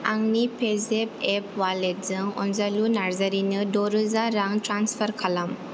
आंनि पेजेफ एप वालेटजों अनजालु नार्जारिनो द रोजा रां ट्रेन्सफार खालाम